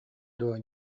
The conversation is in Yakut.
дуо